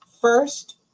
first